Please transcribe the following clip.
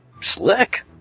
Slick